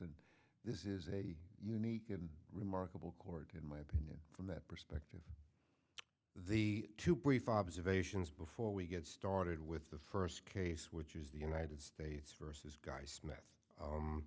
this is a unique and remarkable court in my opinion from that perspective the two brief observations before we get started with the first case which is the united states versus guy smith